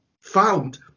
found